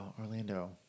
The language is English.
Orlando